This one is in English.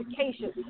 education